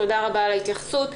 תודה רבה על ההתייחסות.